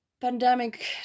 pandemic